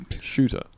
Shooter